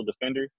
defender